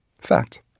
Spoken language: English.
Fact